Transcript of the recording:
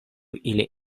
ili